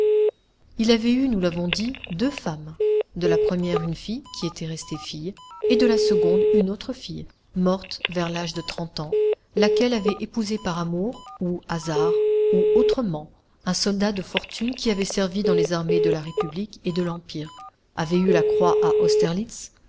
il avait eu nous l'avons dit deux femmes de la première une fille qui était restée fille et de la seconde une autre fille morte vers l'âge de trente ans laquelle avait épousé par amour ou hasard ou autrement un soldat de fortune qui avait servi dans les armées de la république et de l'empire avait eu la croix à austerlitz